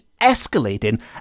escalating